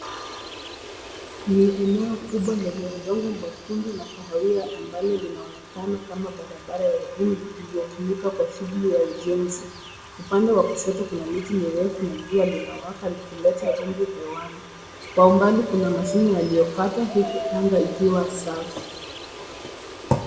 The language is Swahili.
Ni eneo kubwa lenye udongo mwekundu na kahawia ambalo linaonekana kama barabara ya vumbi iliyotumika kwa shughuli ya ujenzi. Upande wa kushoto kuna miti mirefu na jua linawaka likileta vumbi hewani. Kwa umbali kuna mashimo yaliyokatwa huku anga ikiwa safi.